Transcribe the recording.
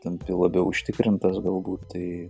tampi labiau užtikrintas galbūt tai